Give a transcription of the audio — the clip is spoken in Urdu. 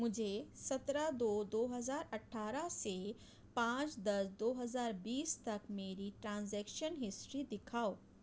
مجھے سترہ دو دو ہزار اٹھارہ سے پانچ دس دو ہزار بیس تک میری ٹرانزیکشن ہسٹری دکھاؤ